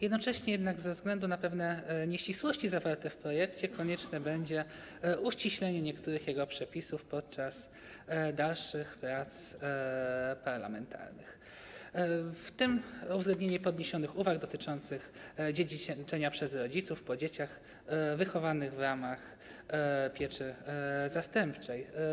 Jednocześnie jednak ze względu na pewne nieścisłości zawarte w projekcie konieczne będzie uściślenie niektórych jego przepisów podczas dalszych prac parlamentarnych, w tym uwzględnienie podniesionych uwag dotyczących dziedziczenia przez rodziców po dzieciach wychowanych w ramach pieczy zastępczej.